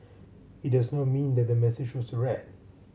it does not mean that the message was read